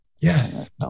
Yes